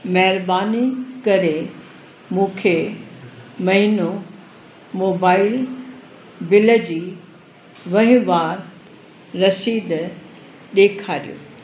महिरबानी करे मूंखे महीनो मोबाइल बिल जी वहिंवार रसीद ॾेखारियो